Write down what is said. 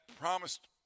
promised